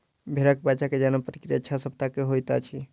भेड़क बच्चा के जन्म प्रक्रिया छह सप्ताह के होइत अछि